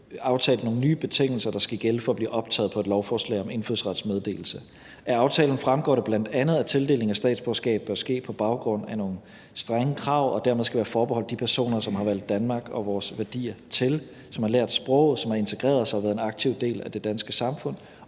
aftalte nogle nye betingelser, der skal gælde, for at blive optaget på et lovforslag om indfødsretsmeddelelse. Af aftalen fremgår det bl.a., at tildelingen af statsborgerskab bør ske på baggrund af nogle strenge krav og dermed skal være forbeholdt de personer, som har valgt Danmark og vores værdier til, som har lært sproget, som har integreret sig og været en aktiv del af det danske samfund,